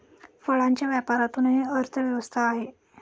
फळांच्या व्यापारातूनही अर्थव्यवस्था आहे